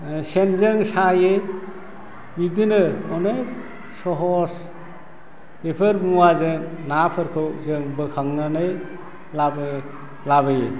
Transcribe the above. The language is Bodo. सेनजों सायो बिदिनो अनेक सहज बेफोर मुवाजों नाफोरखौ जों बोखांनानै लाबो लाबोयो